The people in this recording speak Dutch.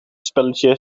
spelletje